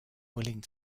willing